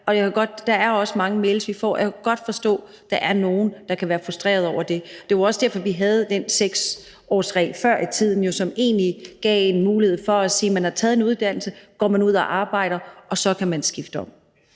og vi får også mange mails om det, og jeg kan godt forstå, at der er nogle, der kan være frustrerede over det. Det var også derfor, vi havde den 6-årsregel før i tiden, som egentlig gav en mulighed for at sige, at man har taget en uddannelse, går ud og arbejder, og så kan man skifte om.